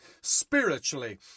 spiritually